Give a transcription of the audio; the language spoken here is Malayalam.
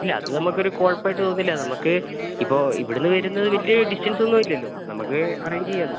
ഇല്ല അത് നമുക്കൊരു കുഴപ്പം ആയിട്ട് തോന്നുന്നില്ല നമുക്ക് ഇപ്പോൾ ഇവിടുന്ന് വരുന്നത് വലിയ ഒരു ഡിസ്റ്റൻസ് ഒന്നും ഇല്ലല്ലോ നമുക്ക് അറേഞ്ച് ചെയ്യാം അത്